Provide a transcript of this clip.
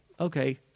okay